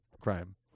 crime